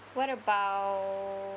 what about